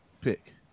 pick